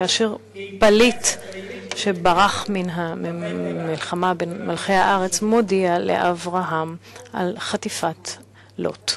כאשר פליט שברח מן המלחמה בין מלכי הארץ מודיע לאברהם על חטיפת לוט.